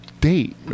date